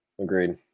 Agreed